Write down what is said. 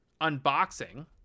unboxing